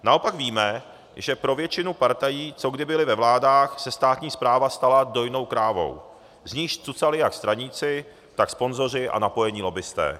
Naopak víme, že pro většinu partají, co kdy byly ve vládách, se státní správa stala dojnou krávou, z níž cucali jak straníci, tak sponzoři a napojení lobbisté.